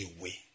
away